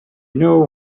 knew